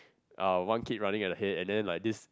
uh one kid running ahead and then like this